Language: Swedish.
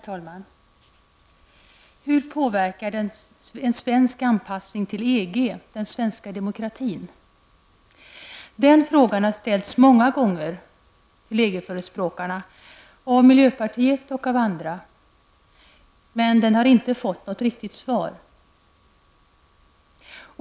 Herr talman! Hur påverkar en svensk anpassning till EG den svenska demokratin? Den frågan har ställts många gånger av miljöpartiet och av andra till EG-förespråkarna, men den har inte fått något riktigt svar.